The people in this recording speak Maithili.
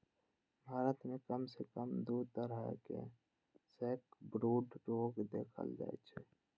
भारत मे कम सं कम दू तरहक सैकब्रूड रोग देखल जाइ छै